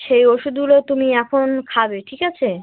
সেই ওষুধগুলো তুমি এখন খাবে ঠিক আছে